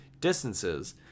distances